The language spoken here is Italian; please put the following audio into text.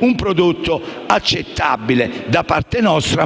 un prodotto accettabile da parte nostra,